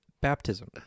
baptism